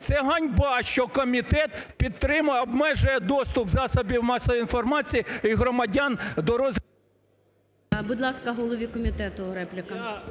Це – ганьба, що комітет підтримує, обмежує доступ засобів масової інформації і громадян до роз... ГОЛОВУЮЧИЙ. Будь ласка, голові комітету репліка.